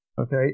Okay